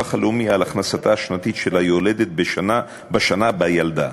הלאומי על הכנסתה השנתית של היולדת בשנה שבה היא ילדה,